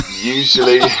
Usually